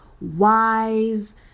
wise